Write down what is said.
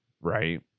right